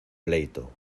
pleito